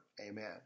Amen